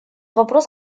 вопрос